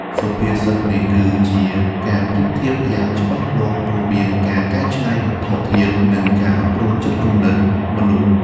សុភាសិតនេះគឺជាការប្រៀបធៀបយ៉ាងច្បាស់លាស់រវាងការកែច្នៃវត្ថុធាតុ និងការអប់រំចិត្តគំនិតមនុស្ស។